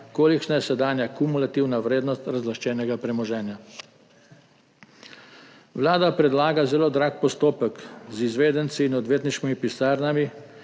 kolikšna je sedanja kumulativna vrednost razlaščenega premoženja? Vlada predlaga zelo drag postopek z izvedenci in odvetniškimi pisarnami,